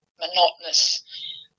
monotonous